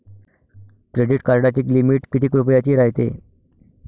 Credit कार्डाची limit कितीक रुपयाची रायते?